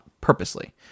purposely